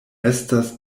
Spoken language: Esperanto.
estas